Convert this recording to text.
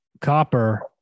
copper